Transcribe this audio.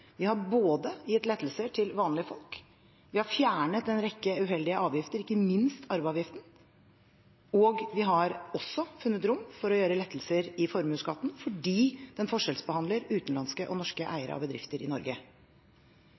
Vi har gitt lettelser til vanlige folk, vi har fjernet en rekke uheldige avgifter, ikke minst arveavgiften, og vi har også funnet rom for å gjøre lettelser i formuesskatten fordi den forskjellsbehandler utenlandske og norske eiere av bedrifter i Norge.